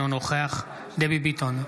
אינו נוכח דבי ביטון,